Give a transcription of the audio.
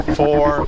four